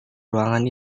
ruangan